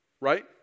right